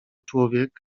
człowiek